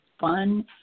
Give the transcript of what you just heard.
fun